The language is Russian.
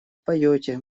поете